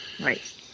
Right